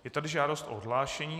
Je tady žádost o odhlášení.